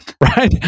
right